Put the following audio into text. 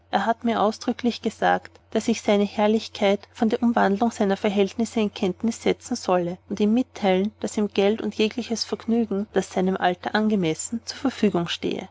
er hat mir ausdrücklich gesagt daß ich seine herrlichkeit von der umwandlung seiner verhältnisse in kenntnis setzen solle und ihm mitteilen daß ihm geld und jegliches vergnügen das seinem alter angemessen zur verfügung stehe